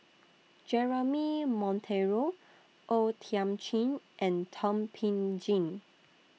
Jeremy Monteiro O Thiam Chin and Thum Ping Tjin